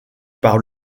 par